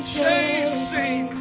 chasing